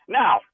now